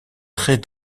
très